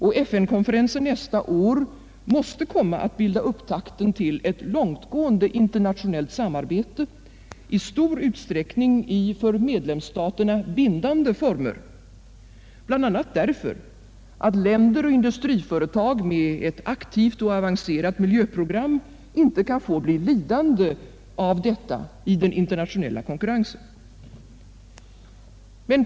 FN-konferensen nästa år måste komma att bilda upptakten till ett långtgående internationellt samarbete, i stor utsträckning i för medlemsstaterna bindande former, bl.a. därför att länder och industriföretag med ett aktivt och avancerat miljöprogram inte kan få bli lidande av detta i den internationella konkurrensen.